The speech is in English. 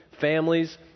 families